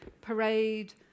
Parade